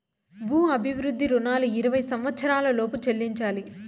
భూ అభివృద్ధి రుణాలు ఇరవై సంవచ్చరాల లోపు చెల్లించాలి